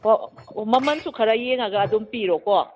ꯍꯣ ꯃꯃꯜꯁꯨ ꯈꯔ ꯌꯦꯡꯉꯒ ꯑꯗꯨꯝ ꯄꯤꯔꯣꯀꯣ